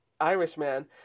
Irishman